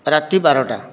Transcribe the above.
ରାତି ବାରଟା